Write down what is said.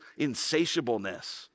insatiableness